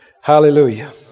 Hallelujah